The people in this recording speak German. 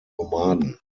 nomaden